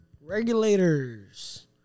Regulators